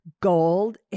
gold